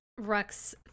Rux